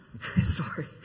sorry